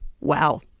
Wow